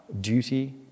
duty